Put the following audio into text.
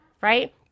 right